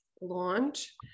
launch